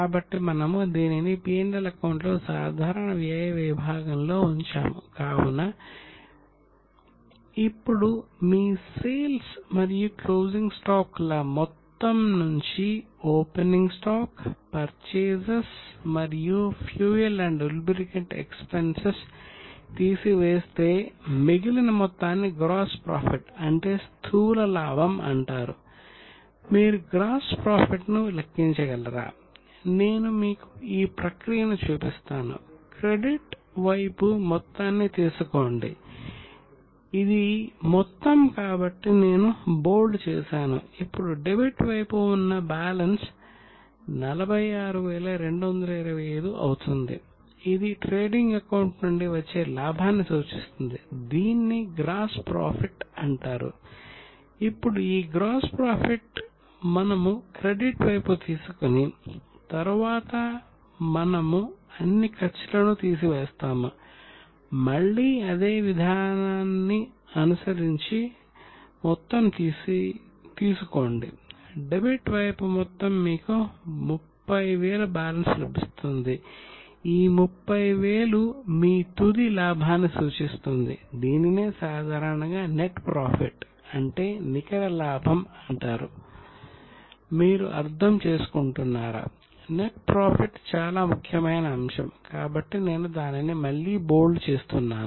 అయితే రెంట్ చేస్తున్నాను